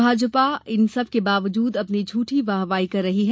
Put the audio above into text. भाजपा सरकार इन सब के बावजूद अपनी झूठी वाहवाही कर रही है